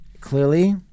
clearly